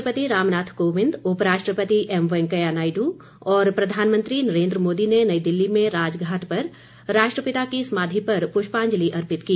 राष्ट्रपति रामनाथ कोविंद उप राष्ट्रपति एम वेकैंया नायडू और प्रधानमंत्री नरेंद्र मोदी ने नई दिल्ली में राजघाट पर राष्ट्रपिता की समाधि पर प्रष्याजंलि अर्पित की